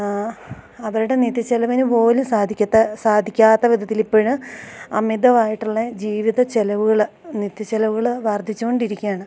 അവരുടെ നിത്യ ചിലവിനു പോലും സാധിക്കാത്ത സാധിക്കാത്ത വിധത്തിലിപ്പോൾ അമിതമായിട്ടുള്ളത് ജീവിത ചിലവുകൾ നിത്യ ചിലവുകൾ വർദ്ധിച്ചു കൊണ്ടിരിക്കുകയാണ്